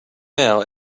now